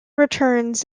returns